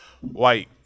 white